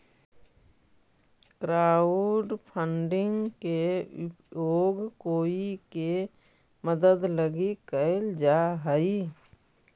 crowdfunding के उपयोग कोई के मदद लगी कैल जा हई